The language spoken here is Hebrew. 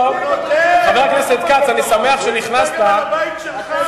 חבר הכנסת כץ, אני שמח שנכנסת, לבית שלך.